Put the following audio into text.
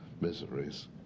miseries